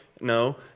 no